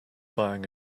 buying